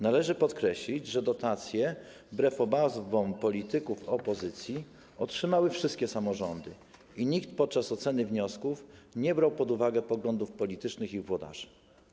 Należy podkreślić, że dotacje, wbrew obawom polityków opozycji, otrzymały wszystkie samorządy i nikt podczas oceny wniosków nie brał pod uwagę poglądów politycznych ich włodarzy.